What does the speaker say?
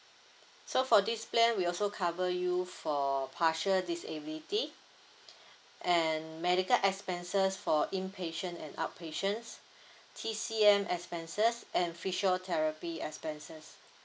so for this plan we also cover you for partial disability and medical expenses for inpatient and outpatient C_C_M expenses and physiotherapy expenses